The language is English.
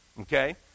okay